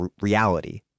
reality